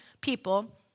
people